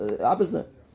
opposite